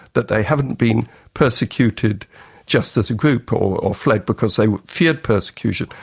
that they haven't been persecuted just as a group or fled because they feared persecution,